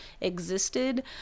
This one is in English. existed